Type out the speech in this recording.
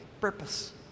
purpose